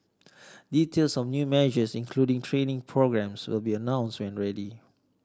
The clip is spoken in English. details of new measures including training programmes will be announced when ready